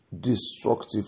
destructive